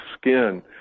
skin